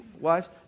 Wives